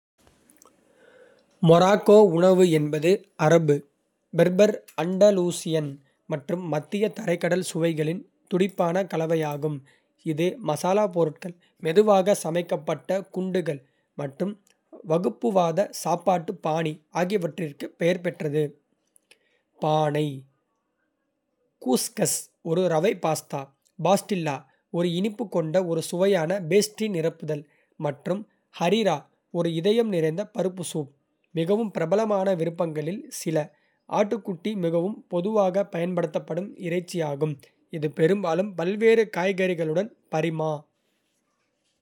மொராக்கோ உணவு என்பது அரபு, பெர்பர், அண்டலூசியன் மற்றும் மத்திய தரைக்கடல் சுவைகளின் துடிப்பான கலவையாகும், இது மசாலாப் பொருட்கள். மெதுவாக சமைக்கப்பட்ட குண்டுகள் மற்றும் வகுப்புவாத சாப்பாட்டு பாணி ஆகியவற்றிற்கு பெயர் பெற்றது. பானை, கூஸ்கஸ் ஒரு ரவை பாஸ்தா, பாஸ்டில்லா ஒரு இனிப்பு கொண்ட ஒரு சுவையான பேஸ்ட்ரி நிரப்புதல். மற்றும் ஹரிரா ஒரு இதயம் நிறைந்த பருப்பு சூப் மிகவும் பிரபலமான விருப்பங்களில் சில. ஆட்டுக்குட்டி மிகவும் பொதுவாகப் பயன்படுத்தப்படும் இறைச்சியாகும், இது பெரும்பாலும் பல்வேறு காய்கறிகளுடன் பரிமா.